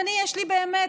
באמת,